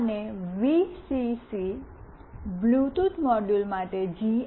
અને VCC Bluetooth module માટે જી